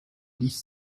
dix